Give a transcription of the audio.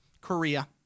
Korea